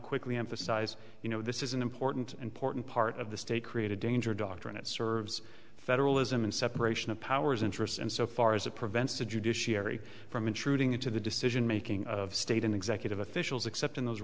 quickly emphasize you know this is an important important part of the state create a danger doctor and it serves federalism and separation of powers interests and so far as it prevents the judiciary from intruding into the decision making of state and executive officials except in those